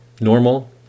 normal